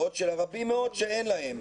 בעוד שיש רבים מאוד שאין להם.